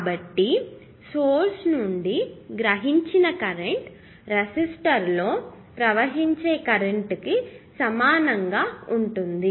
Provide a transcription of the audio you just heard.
కాబట్టి సోర్స్ నుండి గ్రహించిన కరెంట్ రెసిస్టర్లో ప్రవహించే కరెంటుకి సమానంగా ఉంటుంది